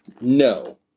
No